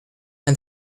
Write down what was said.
and